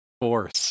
force